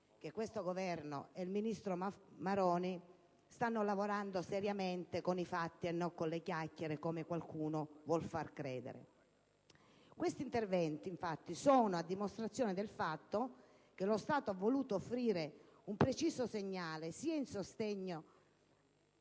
che il Governo e il ministro Maroni stanno lavorando seriamente, con i fatti e non con le chiacchiere, come qualcuno vuole far credere. Questi interventi, infatti, sono la dimostrazione del fatto che lo Stato ha voluto offrire un preciso segnale di sostegno,